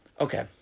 Okay